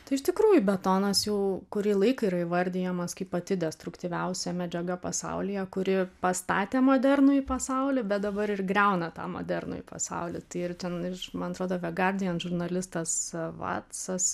tai iš tikrųjų betonas jau kurį laiką yra įvardijamas kaip pati destruktyviausia medžiaga pasaulyje kuri pastatė modernųjį pasaulį bet dabar ir griauna tą modernųjį pasaulį tai ir ten iš man atrodo the guardian žurnalistas vacas